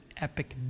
epic